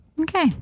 okay